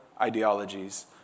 ideologies